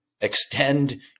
extend